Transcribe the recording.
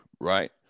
right